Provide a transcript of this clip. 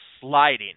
sliding